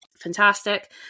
fantastic